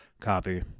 copy